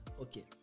Okay